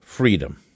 freedom